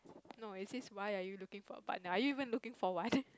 no it is why are you looking for a partner are you even looking for one